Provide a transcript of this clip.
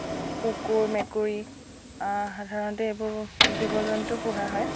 কুকুৰ মেকুৰী সাধাৰণতে এইবোৰ জীৱ জন্তু পোহা হয়